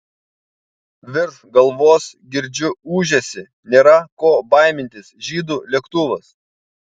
virš galvos girdžiu ūžesį nėra ko baimintis žydų lėktuvas